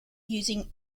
using